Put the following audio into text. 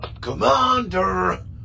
Commander